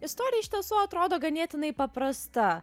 istorija iš tiesų atrodo ganėtinai paprasta